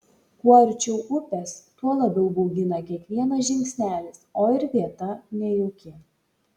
kuo arčiau upės tuo labiau baugina kiekvienas žingsnelis o ir vieta nejauki